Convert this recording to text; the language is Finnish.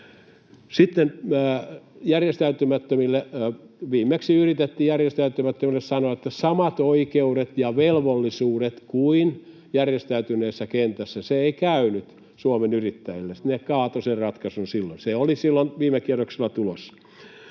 viimeksi yritettiin järjestäytymättömille sanoa, että samat oikeudet ja velvollisuudet kuin järjestäytyneessä kentässä. Se ei käynyt Suomen Yrittäjille. Se kaatoi sen ratkaisun silloin. Se oli silloin viime kierroksella tulos.